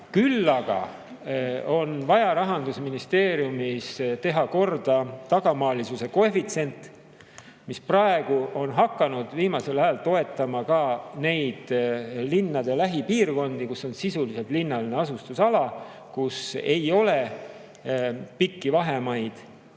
aga on Rahandusministeeriumis [võimalik] teha korda tagamaalisuse koefitsient, mis on hakanud viimasel ajal toetama ka neid linnade lähipiirkondi, kus on sisuliselt linnaline asustus ja kus ei ole pikki vahemaid.